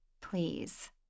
please